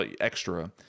extra